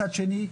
מצד שני,